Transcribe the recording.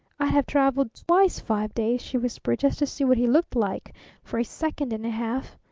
i'd have traveled twice five days, she whispered, just to see what he looked like for a second and a half!